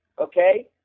Okay